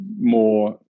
more